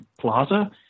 plaza